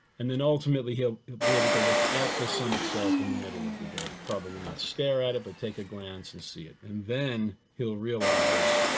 and then ultimately, he'll be able to look at the sun itself in the middle of the day, probably not stare at it, but take a glance and see it. and then he'll realize